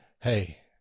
Hey